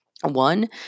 one